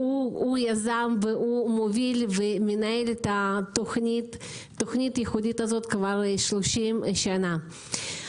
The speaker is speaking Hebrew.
הוא יזם ומוביל ומנהל את התוכנת הייחודית הזאת כבר שלושים שנה.